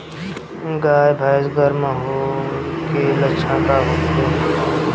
गाय भैंस गर्म होय के लक्षण का होखे?